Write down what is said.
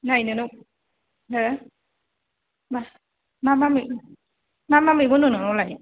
नै नोंनाव हो मा मा मैगं मा मा मैगं दं नोंनावलाय